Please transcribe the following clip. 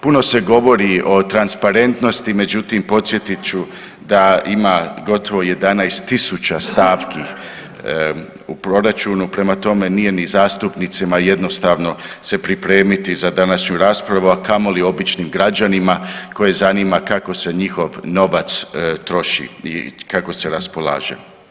Puno se govori o transparentnosti međutim podsjetit ću da ima gotovo 11.000 stavki u proračunu prema tome nije ni zastupnicima jednostavno se pripremiti za današnju raspravu, a kamoli običnim građanima koje zanima kako se njihov novac troši i kako se raspolaže.